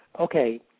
okay